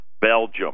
Belgium